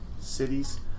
Cities